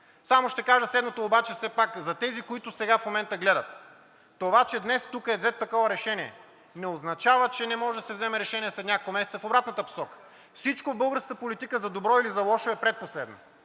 Само ще кажа следното все пак за тези, които сега, в момента гледат. Това, че днес тук е взето такова решение, не означава, че не може да се вземе решение след няколко месеца в обратната посока. Всичко в българската политика, за добро или за лошо, е предпоследно.